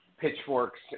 pitchforks